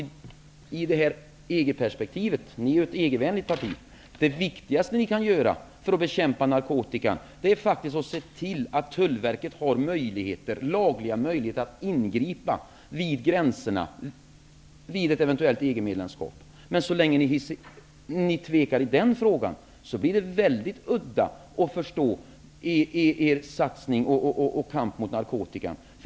Ny demokrati är ett EG-vänligt parti. Det viktigaste ni kan göra för att bekämpa narkotika är faktiskt att se till att Tullverket har lagliga möjligheter att ingripa vid gränserna vid ett eventuellt EG-medlemskap. Så länge ni tvekar i den frågan blir det väldigt svårt att förstå er satsning och kamp mot narkotika.